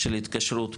של התקשרות,